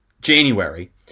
January